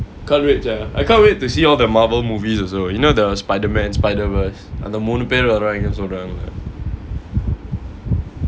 can't wait sia I can't wait to see all the Marvel movies also you know the Spiderman spider verse அந்த மூணு பேரு வருவாங்க சொல்றாங்கல:antha moonu peru varuvaanga solraangala